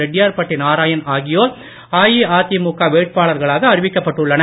ரெட்டியார்பட்டி நாராயணன் ஆகியோர் அஇஅதிமுக வேட்பாளராக அறிவிக்கப்பட்டுள்ளனர்